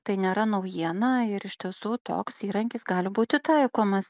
tai nėra naujiena ir iš tiesų toks įrankis gali būti taikomas